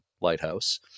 Lighthouse